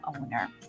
owner